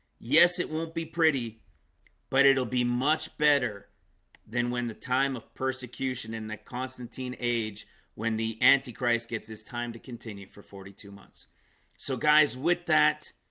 yes, it won't be pretty but it'll be much better than when the time of persecution in the constantine age when the antichrist gets his time to continue for forty two months so guys with that?